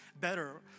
better